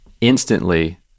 instantly